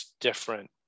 different